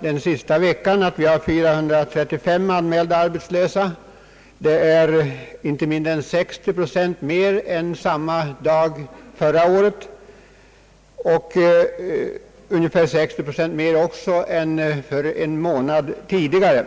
den senaste veckan meddelats att vi har 435 anmälda arbetslösa. Det är inte mindre än 60 procent mer än samma dag förra året och likaledes ungefär 60 procent mer än en månad tidigare.